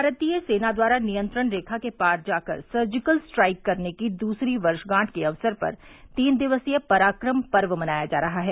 भारतीय सेना द्वारा नियंत्रण रेखा के पार जाकर सर्जिकल स्ट्राइक करने की दूसरी वर्षगांठ के अवसर पर तीन दिवसीय पराक्रम पर्व मनाया जा रहा है